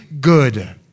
good